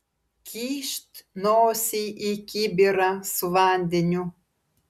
kyšt nosį į kibirą su vandeniu